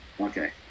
Okay